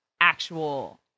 actual